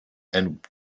and